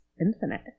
infinite